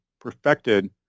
perfected